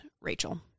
Rachel